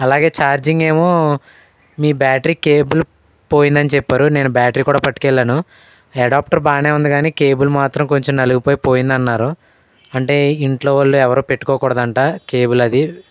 అలాగే చార్జింగ్ ఏమో మీ బ్యాటరీ కేబుల్ పోయిందని చెప్పారు నేను బ్యాటరీ కూడా పట్టుకి వెళ్ళాను ఎడాప్టర్ బాగానే ఉంది కానీ కేబుల్ మాత్రం కొంచెం నలిగిపోయి పోయిందన్నారు అంటే ఇంట్లో వాళ్ళు ఎవరూ పెట్టుకోకూడదట కేబుల్ అది